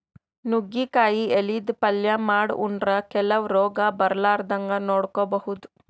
ನುಗ್ಗಿಕಾಯಿ ಎಲಿದ್ ಪಲ್ಯ ಮಾಡ್ ಉಂಡ್ರ ಕೆಲವ್ ರೋಗ್ ಬರಲಾರದಂಗ್ ನೋಡ್ಕೊಬಹುದ್